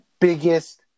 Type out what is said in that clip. biggest